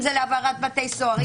אם זה להעברת בתי סוהר.